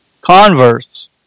Converse